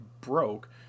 broke